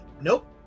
Nope